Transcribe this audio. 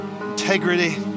integrity